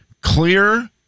clear